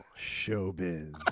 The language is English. Showbiz